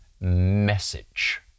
message